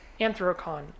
anthrocon